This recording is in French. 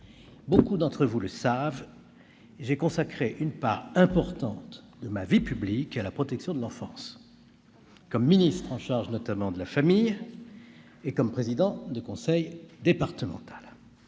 beaucoup d'entre vous le savent, j'ai consacré une part importante de ma vie publique à la protection de l'enfance, comme ministre en charge notamment de la famille et comme président de conseil départemental.